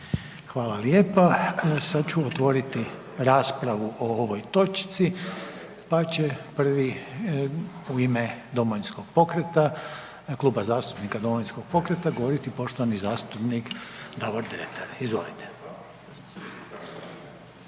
Hvala lijepa. Sad ću otvoriti raspravu o ovoj točci, pa će prvi u ime Domovinskog pokreta, Kluba zastupnika Domovinskog pokreta govoriti poštovani zastupnik Davor Dretar, izvolite.